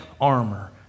armor